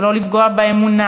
ולא לפגוע באמונה.